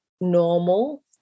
normal